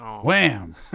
wham